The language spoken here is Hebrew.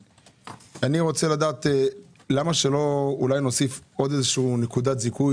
למה שלא נוסיף עוד איזושהי נקודת זיכוי?